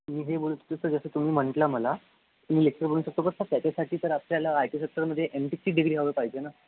मी हे बोलत होतो सर जसं तुम्ही म्हटलं मला मी लेक्चर बनू शकतो पण सर त्याच्यासाठी सर आपल्याला आय टी सेक्टरमध्ये एम टेकची डिग्री हवी पाहिजे ना